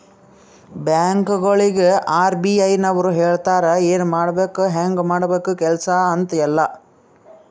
ಬ್ಯಾಂಕ್ಗೊಳಿಗ್ ಆರ್.ಬಿ.ಐ ನವ್ರು ಹೇಳ್ತಾರ ಎನ್ ಮಾಡ್ಬೇಕು ಹ್ಯಾಂಗ್ ಮಾಡ್ಬೇಕು ಕೆಲ್ಸಾ ಅಂತ್ ಎಲ್ಲಾ